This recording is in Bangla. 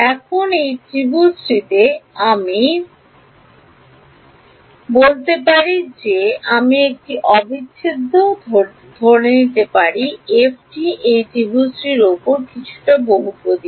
এখন এই ত্রিভুজটিতে আমি বলতে পারি যে আপনি একটি অবিচ্ছেদ্য করতে পারেন এ F টি এই ত্রিভুজটির উপরে কিছুটা বহুপদী